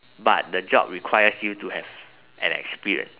but the job requires you to have an experience